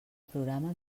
programa